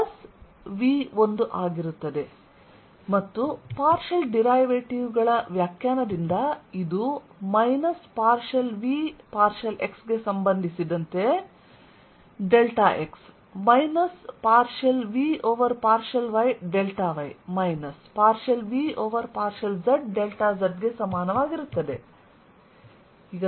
ನಂತರ V2V1ಮೌಲ್ಯವು 1 ರಲ್ಲಿ VxxyyzzVಆಗಿರುತ್ತದೆ ಮತ್ತು ಪೊಟೆನ್ಶಿಯಲ್ ರೈವೇಟಿವ್ ಗಳ ವ್ಯಾಖ್ಯಾನದಿಂದ ಇದು minus partial V partial x ಗೆ ಸಂಬಂಧಿಸಿದಂತೆ ಡೆಲ್ಟಾx minus partial V over partial y delta y minus partial V over partial z delta z ಗೆ ಸಮಾನವಾಗಿರುತ್ತದೆ